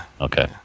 Okay